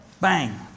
Bang